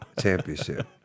championship